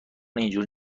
اینجوری